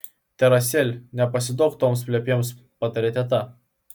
teresėl nepasiduok toms plepėms patarė teta